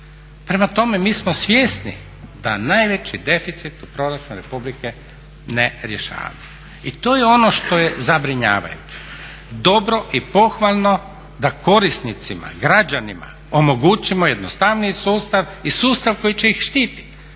Prema tome, mi smo svjesni da najveći deficit u proračunu Republike ne rješavamo. I to je ono što je zabrinjavajuće. Dobro i pohvalno da korisnicima, građanima omogućimo jednostavniji sustav i sustav koji će ih štititi,